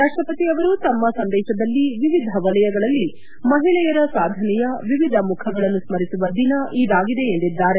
ರಾಷ್ಟಪತಿ ಅವರು ತಮ್ಮ ಸಂದೇಶದಲ್ಲಿ ವಿವಿಧ ವಲಯಗಳಲ್ಲಿ ಮಹಿಳೆಯರ ಸಾಧನೆಯ ವಿವಿಧ ಮುಖಗಳನ್ನು ಸ್ವರಿಸುವ ದಿನ ಇದಾಗಿದೆ ಎಂದಿದ್ದಾರೆ